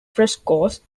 frescoes